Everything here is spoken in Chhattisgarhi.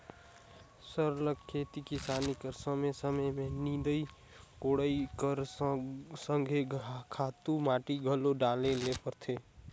सरलग खेती किसानी कर समे समे में निंदई कोड़ई कर संघे खातू माटी घलो डाले ले परथे